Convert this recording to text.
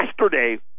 Yesterday